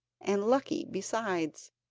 and lucky besides,